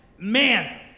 Man